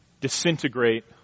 disintegrate